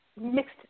mixed